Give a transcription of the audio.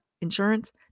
insurance